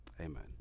Amen